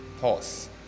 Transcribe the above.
pause